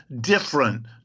different